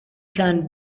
can